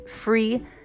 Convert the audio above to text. free